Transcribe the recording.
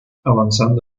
avanzando